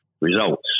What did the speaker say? results